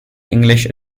english